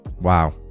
Wow